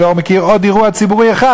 אני לא מכיר עוד אירוע ציבורי אחד